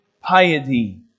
piety